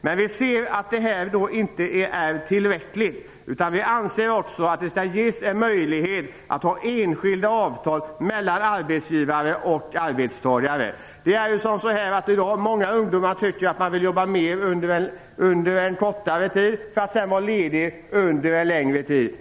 Men vi ser alltså att detta inte är tillräckligt. Vi anser att det också skall ges en möjlighet till enskilda avtal mellan arbetsgivare och arbetstagare. I dag tycker många ungdomar att de vill jobba mer under en kortare tid för att sedan kunna vara lediga under en längre tid.